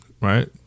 right